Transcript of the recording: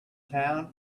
town